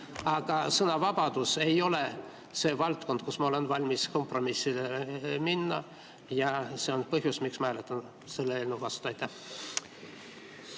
Aga sõnavabadus ei ole see valdkond, kus ma olen valmis kompromissile minema, ja see on põhjus, miks ma hääletan selle eelnõu vastu. Aitäh!